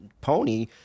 pony